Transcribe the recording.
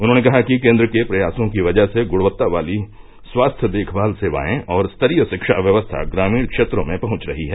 उन्होंने कहा कि केंद्र के प्रयासों की वजह से गृणक्ता वाली स्वास्थ्य देखमाल सेवाएं और स्तरीय शिक्षा व्यवस्था ग्रामीण क्षेत्रों में पहंच रही हैं